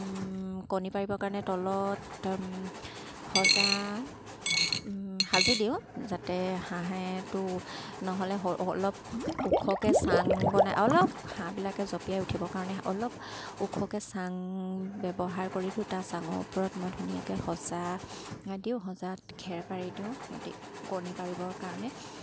কণী পাৰিবৰ কাৰণে তলত সজা সাজি দিওঁ যাতে হাঁহেটো নহ'লে অলপ ওখকৈ চাং বনাই অলপ হাঁহবিলাকে জঁপিয়াই উঠিবৰ কাৰণে অলপ ওখকৈ চাং ব্যৱহাৰ কৰি দিওঁ তাৰ চাঙৰ ওপৰত মই ধুনীয়াকৈ সজা দিওঁ সজাত খেৰ পাৰি দিওঁ সিহঁতি কণী পাৰিবৰ কাৰণে